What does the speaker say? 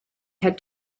had